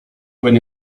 when